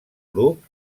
grup